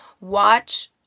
watch